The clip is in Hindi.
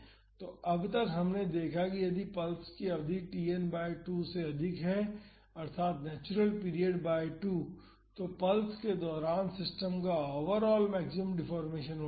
तो अब तक हमने देखा है कि यदि पल्स की अवधि Tn बाई 2 से अधिक है अर्थात नेचुरल पीरियड बाई 2 तो पल्स के दौरान सिस्टम का ओवरऑल मैक्सिमम डिफ़ॉर्मेशन होता है